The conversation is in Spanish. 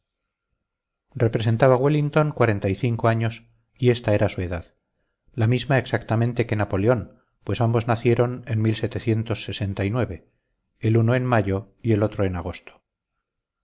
representaba wellington cuarenta y cinco años y esta era su edad la misma exactamente que napoleón pues ambos nacieron en el uno en mayo y el otro en agosto